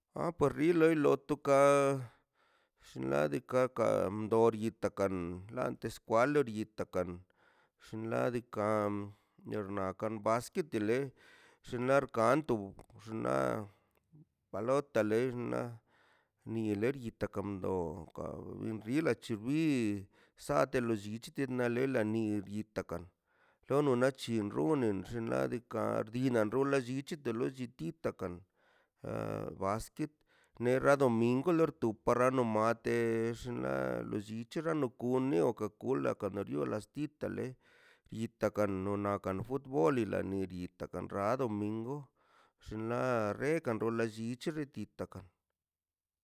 A par loi to ka xnaꞌ diikaꞌ ka doriete kan la teskwa rariete kan xinladika bernakan basketele xaꞌ kanto xnaꞌ palo te lex na le riete kom ka no xinla dichiri sate lo llichitemna lela nil itekan lona lochin runen xnaꞌ diika' diinaꞌ rula llichi takan a basket nero domingu tuprano mate xnaꞌ lollichi lo rano kune koka kola kriola stik kale ita kan no na kan futbole na riti kan naa domingu xnaꞌ rekan rol lallichi rakatan